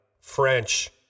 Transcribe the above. French